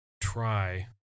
try